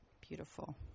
beautiful